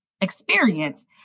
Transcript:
experience